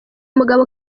mugabo